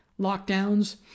lockdowns